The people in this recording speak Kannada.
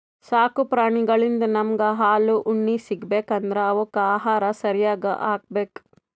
ಸಾಕು ಪ್ರಾಣಿಳಿಂದ್ ನಮ್ಗ್ ಹಾಲ್ ಉಣ್ಣಿ ಸಿಗ್ಬೇಕ್ ಅಂದ್ರ ಅವಕ್ಕ್ ಆಹಾರ ಸರ್ಯಾಗ್ ಹಾಕ್ಬೇಕ್